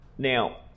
Now